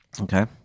Okay